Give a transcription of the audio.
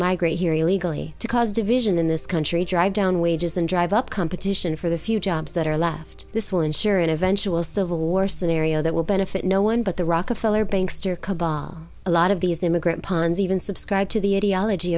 migrate here illegally to cause division in this country drive down wages and drive up competition for the few jobs that are left this will ensure an eventual civil war scenario that will benefit no one but the rockefeller banks her cabal a lot of these immigrant pons even subscribe to the ideology